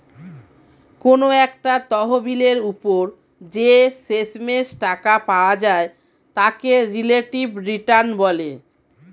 কোনো একটা তহবিলের উপর যে শেষমেষ টাকা পাওয়া যায় তাকে রিলেটিভ রিটার্ন বলে